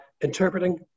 interpreting